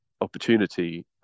opportunity